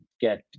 get